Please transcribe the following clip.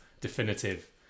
definitive